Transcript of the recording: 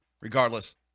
regardless